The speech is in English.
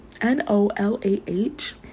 n-o-l-a-h